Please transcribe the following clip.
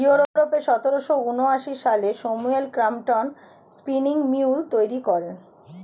ইউরোপে সতেরোশো ঊনআশি সালে স্যামুয়েল ক্রম্পটন স্পিনিং মিউল তৈরি করেন